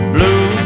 Blue